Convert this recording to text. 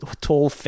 Tall